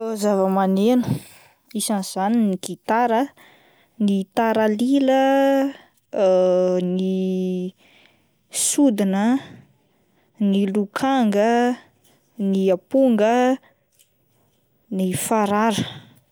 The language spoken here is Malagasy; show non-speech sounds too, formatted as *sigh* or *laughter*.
*hesitation* Zavamaneno isan'izany ny gitara ah, ny taralila, *hesitation* ny sodina, ny lokanga *noise* ,ny amponga *noise* ,ny farara.